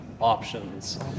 options